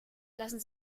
lassen